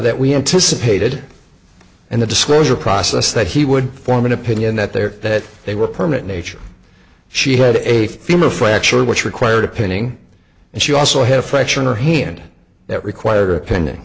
that we anticipated and the disclosure process that he would form an opinion that there that they were permit nature she had a female fracture which required a painting and she also had a fracture in her hand that required or pending